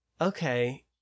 okay